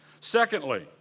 Secondly